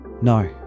No